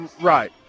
Right